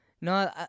No